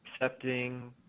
accepting